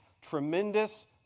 tremendous